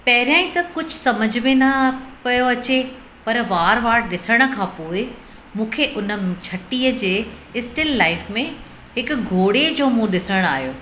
पहिरियां ई त कुझु समुझ में न पियो अचे पर बार बार ॾिसण खां पोइ मूंखे हुन छटीअ जे इस्टिल लाइफ़ में हिकु घोड़े जो मुंहुं ॾिसण आहियो